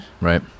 Right